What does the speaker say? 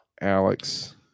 Alex